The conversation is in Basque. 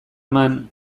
eman